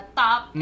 top